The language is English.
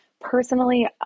Personally